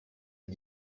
ils